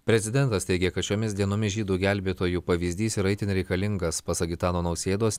prezidentas teigė kad šiomis dienomis žydų gelbėtojų pavyzdys yra itin reikalingas pasak gitano nausėdos